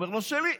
הוא אומר לו: שלי.